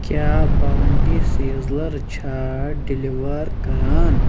کیاہ bounty sizzler چھا deliver کران